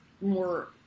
more